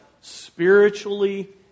spiritually